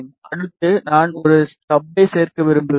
அடுத்து நான் ஒரு ஸ்டப்பை சேர்க்க விரும்புகிறேன்